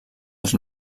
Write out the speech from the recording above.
els